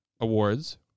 Awards